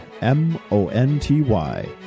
M-O-N-T-Y